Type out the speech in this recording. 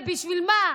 ובשביל מה,